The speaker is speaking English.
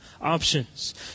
options